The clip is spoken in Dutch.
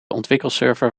ontwikkelserver